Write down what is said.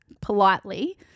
politely